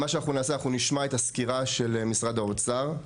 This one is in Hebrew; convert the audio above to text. מה שאנחנו נעשה אנחנו נשמע את הסקירה של משרד האוצר.